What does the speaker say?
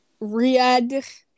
Riyadh